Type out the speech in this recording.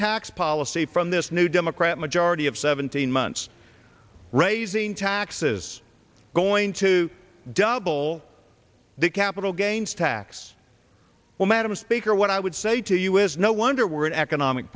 tax policy from this new democrat majority of seventeen months raising taxes going to double the capital gains tax well madam speaker what i would say to you is no wonder we're in economic